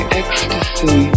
ecstasy